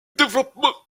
développement